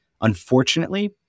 unfortunately